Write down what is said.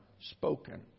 spoken